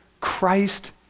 christ